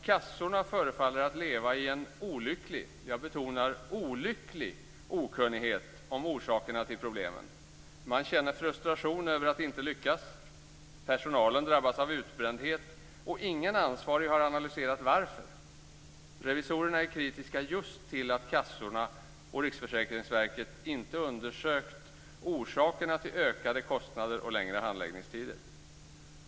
Kassorna förefaller att leva i en olycklig - jag betonar olycklig - okunnighet om orsakerna till problemen. Man känner frustration över att inte lyckas, personalen drabbas av utbrändhet och ingen ansvarig har analyserat varför. Revisorerna är kritiska just till att kassorna och Riksförsäkringsverket inte undersökt orsakerna till ökade kostnader och längre handläggningstider.